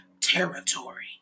territory